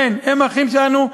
כן, הם אחים שלנו.